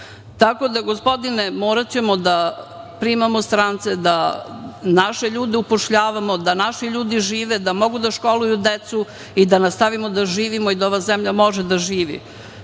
gospodine, moraćemo da primamo strance, da naše ljude upošljavamo, da naši ljudi žive, da mogu da školuju decu i da nastavimo da živimo i da ova zemlja može da živi. To